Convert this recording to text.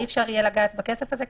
שאי-אפשר יהיה לגעת בכסף הזה,